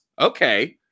Okay